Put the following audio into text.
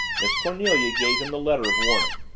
miss cornelia gave him the letter of warning.